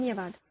धन्यवाद